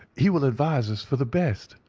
he will advise us for the best.